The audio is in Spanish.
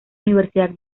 universidad